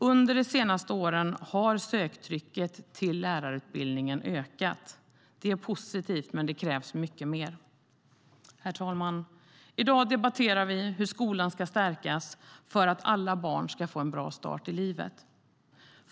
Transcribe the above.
Under de senaste åren har söktrycket till lärarutbildningen ökat. Det är positivt, men det krävs mycket mer. Herr talman! I dag debatterar vi hur skolan ska stärkas för att alla barn ska få en bra start i livet.